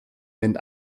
mynd